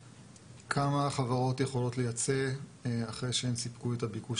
כמה חברות יכולות לייצא אחרי שהן סיפקו את הביקוש